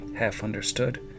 half-understood